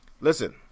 listen